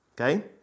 Okay